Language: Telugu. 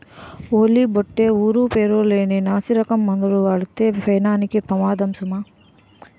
ఓలి బొట్టే ఊరు పేరు లేని నాసిరకం మందులు వాడితే పేనానికే పెమాదము సుమా